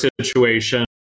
situation